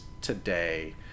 today